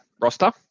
roster